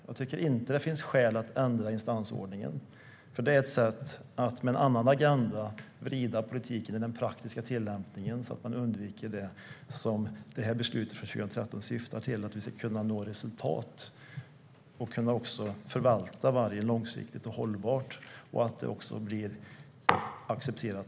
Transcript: Jag tycker inte att det finns skäl att ändra instansordningen, för det är ett sätt att med en annan agenda vrida politiken i den praktiska tillämpningen så att man undviker det som beslutet från 2013 syftar till, att vi ska kunna nå resultat och kunna förvalta vargen på ett långsiktigt hållbart sätt och så att det även blir lokalt accepterat.